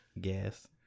gas